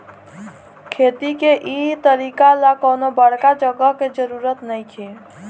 खेती के इ तरीका ला कवनो बड़का जगह के जरुरत नइखे